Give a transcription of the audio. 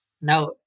Now